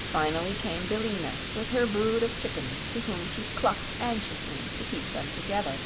finally came billina, with her brood of chickens to whom she clucked anxiously to keep them together